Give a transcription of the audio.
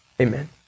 Amen